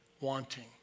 Wanting